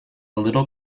little